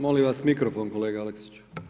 Molim vas mikrofon kolega Aleksić.